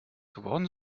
geworden